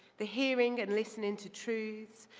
the hearing and listening to truth.